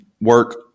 work